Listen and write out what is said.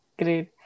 great